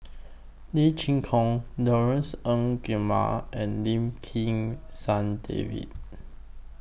Lee Chin Koon Laurence Nunns Guillemard and Lim Kim San David